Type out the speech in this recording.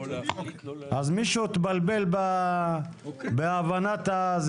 אז מישהו התבלבל בהבנה.